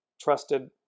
trusted